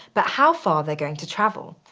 but how far they're going to travel.